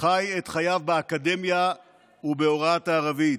חי את חייו באקדמיה ובהוראת הערבית.